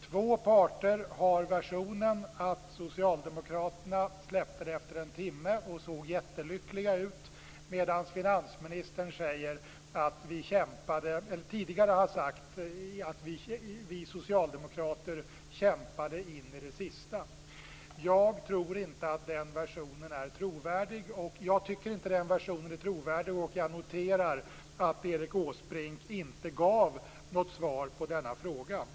Två parter har versionen att Socialdemokraterna släppte det efter en timme och såg jättelyckliga ut. Finansministern har tidigare sagt att Socialdemokraterna kämpade in i det sista. Jag tycker inte att den versionen är trovärdig. Jag noterar att Erik Åsbrink inte gav något svar på denna fråga.